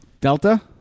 Delta